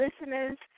listeners